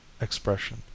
expression